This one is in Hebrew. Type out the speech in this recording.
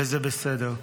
וזה בסדר.